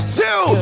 two